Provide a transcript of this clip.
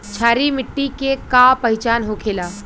क्षारीय मिट्टी के का पहचान होखेला?